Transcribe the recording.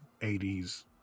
80s